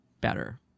better